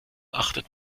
achtet